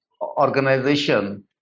organization